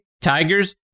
Tigers